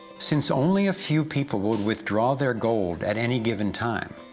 since only a few people would withdraw their gold at any given time,